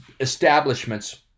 establishments